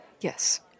Yes